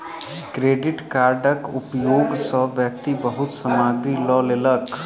credit कार्डक उपयोग सॅ व्यक्ति बहुत सामग्री लअ लेलक